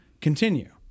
continue